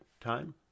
time